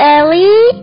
Ellie